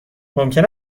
ممکن